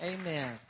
Amen